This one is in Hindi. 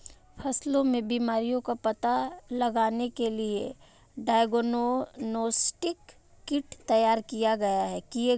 फसलों में बीमारियों का पता लगाने के लिए डायग्नोस्टिक किट तैयार किए गए हैं